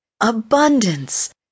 abundance